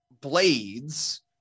blades